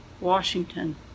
Washington